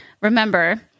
remember